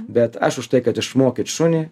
bet aš už tai kad išmokyt šunį